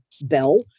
bell